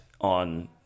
on